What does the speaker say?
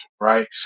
right